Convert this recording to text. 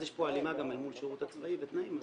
יש פה הלימה גם למול השירות הצבאי בתנאים,